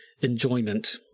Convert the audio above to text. enjoyment